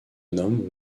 nomme